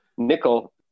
Nickel